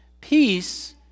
peace